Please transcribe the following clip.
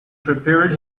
prepared